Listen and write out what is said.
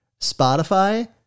Spotify